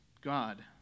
God